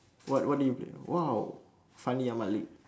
what what do you play ah !wow! fandi-ahmad leh